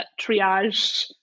triage